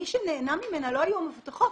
מי שנהנה ממנה לא היו המבוטחות,